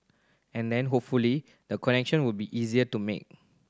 and then hopefully the connection will be easier to make